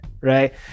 right